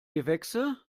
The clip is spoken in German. gewächse